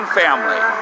family